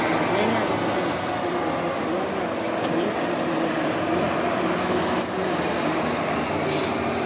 ನಾವು ಮೊದ್ಲೇ ಅದರ ಬಗ್ಗೆ ಎಚ್ರಿಕೆಯಿಂದ ಇದ್ದು ಸರಿಯಾದ ಒಳ್ಳೆಯ ಕಂಪ್ನಿಗೆ ನಾವು ಅದನ್ನ ಮಾಡಿಕೊಂಡು ಬುಕ್ ಮಾಡಿದ್ರೆ ಚೆನ್ನಾಗಿರ್ತಿತ್ತು ಅಂತ ಹೇಳಿ ಅನಿಸುತ್ತೆ